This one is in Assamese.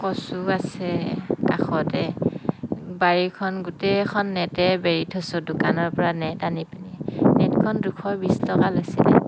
কচু আছে কাষতে বাৰীখন গোটেইখন নেটেৰে বেৰি থৈছোঁ দোকানৰ পৰা নেট আনি পেনি নেটখন দুশ বিছ টকা লৈছিলে